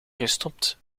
gestopt